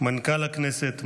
מנכ"ל הכנסת,